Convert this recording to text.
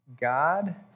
God